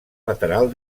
lateral